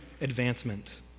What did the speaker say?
advancement